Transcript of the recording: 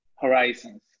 horizons